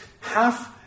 half